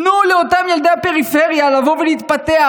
תנו לאותם ילדי הפריפריה לבוא ולהתפתח,